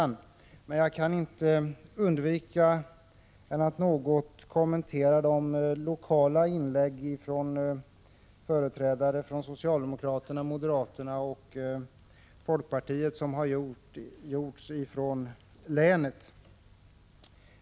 Jag kan emellertid inte underlåta att något kommentera de lokala inlägg som har gjorts från företrädare för socialdemokraterna, moderaterna och folkpartiet i länet.